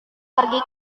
pergi